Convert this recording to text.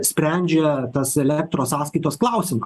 sprendžia tas elektros sąskaitos klausimą